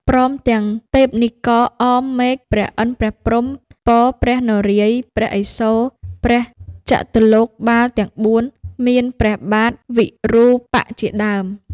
ព្រមទាំងទេពនិករអមរមេឃ ព្រះឥន្ទ្រព្រះព្រហ្ម ពព្រះនារាយណ៍ ព្រះឥសូរ ព្រះចតុលោកបាលទាំង ៤ មានព្រះបាទវិរូបក្ខជាដើម